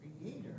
creator